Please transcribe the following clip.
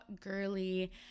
girly